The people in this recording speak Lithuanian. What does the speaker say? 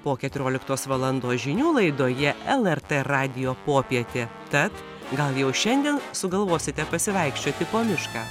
po keturioliktos valandos žinių laidoje lrt radijo popietė tad gal jau šiandien sugalvosite pasivaikščioti po mišką